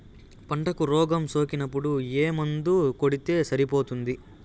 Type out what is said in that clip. పంటకు రోగం సోకినపుడు ఏ మందు కొడితే సరిపోతుంది?